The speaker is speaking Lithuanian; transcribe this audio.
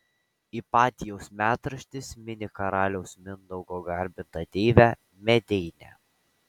ipatijaus metraštis mini karaliaus mindaugo garbintą deivę medeinę